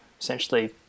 essentially